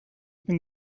ben